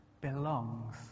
belongs